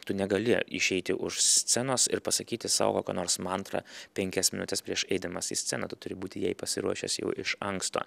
tu negali išeiti už scenos ir pasakyti savo ką nors mantrą penkias minutes prieš eidamas į sceną tu turi būti jai pasiruošęs jau iš anksto